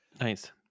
Nice